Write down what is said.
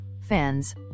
fans